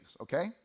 okay